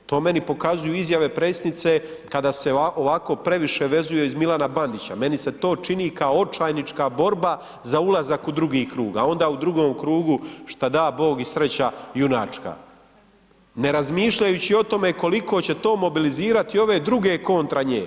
To meni pokazuju izjave Predsjednice kada se ovako previše vezuje uz Milana Bandića, meni se to čini kao očajnička borba za ulazak u drugi krug a onda u drugom krugu šta da bog i sreća junačka, ne razmišljajući o tome koliko će to mobilizirati ove druge kontra nje.